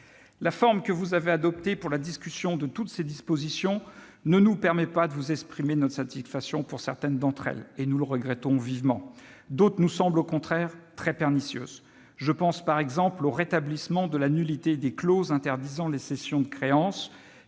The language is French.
La forme que vous avez adoptée pour la discussion de toutes ces dispositions ne nous permet pas de vous exprimer notre satisfaction pour certaines d'entre elles. Nous le regrettons vivement. D'autres nous semblent au contraire très pernicieuses. Je pense, par exemple, au rétablissement de la nullité des clauses interdisant les cessions de créances,